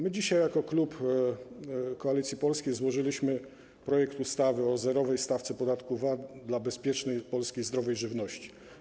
My dzisiaj jako klub Koalicji Polskiej złożyliśmy projekt ustawy o zerowej stawce podatku VAT dla bezpiecznej polskiej zdrowej żywności.